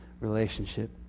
relationship